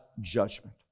judgment